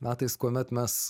metais kuomet mes